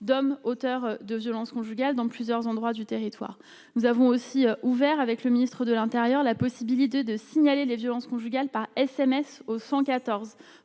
d'hommes auteurs de violences conjugales dans plusieurs endroits du territoire, nous avons aussi ouvert avec le ministre de l'Intérieur, la possibilité de signaler les violences conjugales par SMS au 114